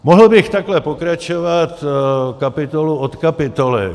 Mohl bych takhle pokračovat kapitolu od kapitoly.